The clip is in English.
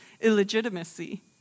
illegitimacy